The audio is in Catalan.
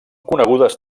conegudes